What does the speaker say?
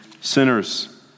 sinners